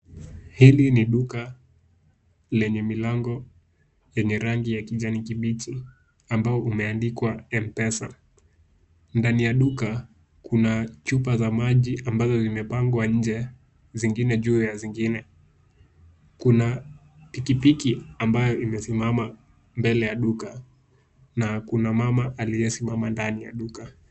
Hili ni duka lenye milango yenye rangi ya kijani kibichi ambao umeandikwa M-Pesa. Ndani ya duka kuna chupa za maji ambazo zimepangwa nje zingine juu ya zingine. Kuna pikipiki ambayo imesimama mbele ya duka na kuna mama aliyesimama ndani ya duka.